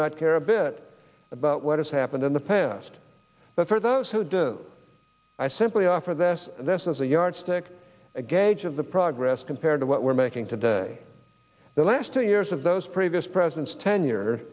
not care a bit about what has happened in the past but for those who do i simply offer this this as a yardstick a gauge of the progress compared to what we're making today the last two years of those previous presidents ten years